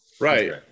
right